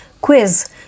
Quiz